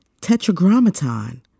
tetragrammaton